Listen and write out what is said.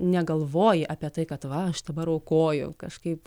negalvoji apie tai kad va aš dabar aukoju kažkaip